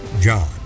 John